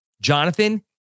Jonathan